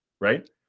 Right